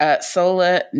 Sola